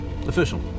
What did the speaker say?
Official